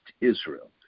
Israel